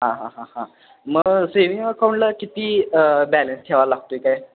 हां हां हां हां मग सेविंग अकाउंटला किती बॅलेन्स ठेवावा लागतो आहे काय